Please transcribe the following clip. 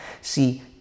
See